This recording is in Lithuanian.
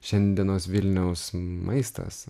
šiandienos vilniaus maistas